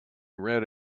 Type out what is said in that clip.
red